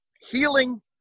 healing